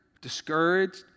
discouraged